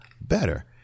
better